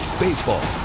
Baseball